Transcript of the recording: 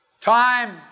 time